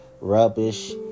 rubbish